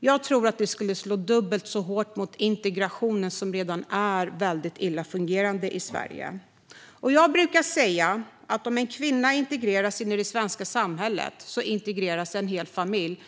utan också för att det slår dubbelt så hårt mot integrationen, som redan är illa fungerande i Sverige. Jag brukar säga att om en kvinna integreras in i det svenska samhället integreras en hel familj.